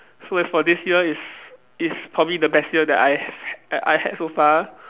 so as for this year it's it's probably the best year that I have had I had so far